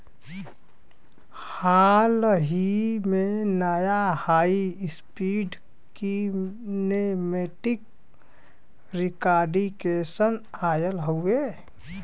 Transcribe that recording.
हाल ही में, नया हाई स्पीड कीनेमेटिक डिकॉर्टिकेशन आयल हउवे